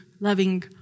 loving